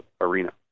arena